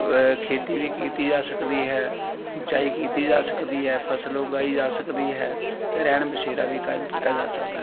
ਖੇਤੀ ਵੀ ਕੀਤੀ ਜਾ ਸਕਦੀ ਹੈ ਸਿੰਚਾਈ ਕੀਤੀ ਜਾ ਸਕਦੀ ਹੈ ਫਸਲ ਉਗਾਈ ਜਾ ਸਕਦੀ ਹੈ ਅਤੇ ਰੈਣ ਬਸੇਰਾ ਵੀ ਕਾਇਮ ਕੀਤਾ ਜਾ ਸਕਦਾ ਹੈ